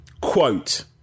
quote